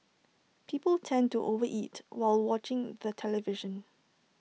people tend to over eat while watching the television